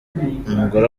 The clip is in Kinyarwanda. umugore